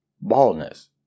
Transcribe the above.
baldness